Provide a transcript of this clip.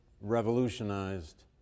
revolutionized